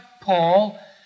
Paul